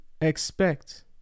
expect